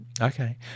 Okay